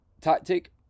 tactic